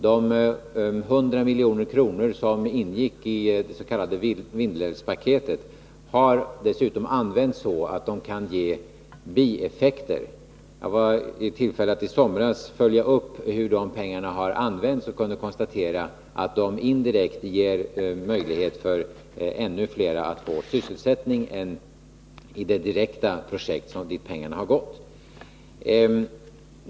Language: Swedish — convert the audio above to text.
De 100 milj.kr. som ingick i det s.k. Vindelälvspaketet har dessutom använts så att de kan ge bieffekter. Jag var i tillfälle att i somras följa upp hur de pengarna har använts och kunde konstatera att de indirekt ger möjlighet för ännu fler att få sysselsättning än genom de direkta projekt dit pengarna har gått.